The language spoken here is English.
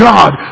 God